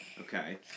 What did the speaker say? Okay